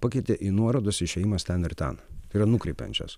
pakeitė į nuorodos išėjimas ten ir ten tai yra nukreipiančios